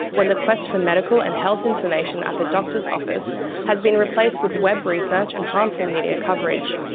when the quest for medical and health information at the doctor's office has been replaced with web research and harmful media coverage.